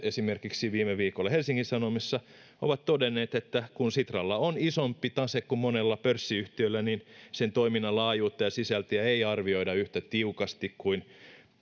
esimerkiksi viime viikolla helsingin sanomissa ovat todenneet että kun sitralla on isompi tase kuin monella pörssiyhtiöllä niin sen toiminnan laajuutta ja sisältöjä ei arvioida yhtä tiukasti kuin